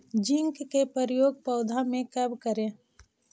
Zinc के प्रयोग पौधा मे कब करे?